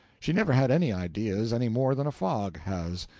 she never had any ideas, any more than a fog has.